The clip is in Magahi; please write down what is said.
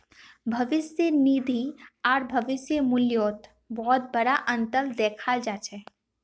भविष्य निधि आर भविष्य मूल्यत बहुत बडा अनतर दखाल जा छ